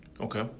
Okay